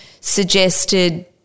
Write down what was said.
suggested